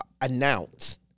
announce